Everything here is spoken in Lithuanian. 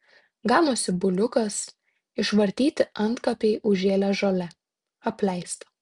ganosi buliukas išvartyti antkapiai užžėlę žole apleista